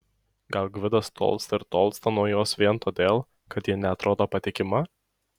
gal gvidas tolsta ir tolsta nuo jos vien todėl kad ji neatrodo patikima